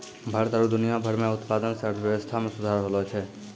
भारत आरु दुनिया भर मे उत्पादन से अर्थव्यबस्था मे सुधार होलो छै